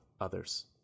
others